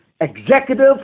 executive